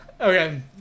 Okay